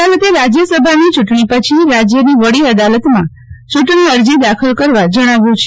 અદાલતે રાજ્ય સભાની ચુંટણી પછી રાજ્ય ની વડી અદાલતમાં ચુંટણી અરજી દાખલ કરવા જણાવ્યું છે